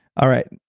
all right,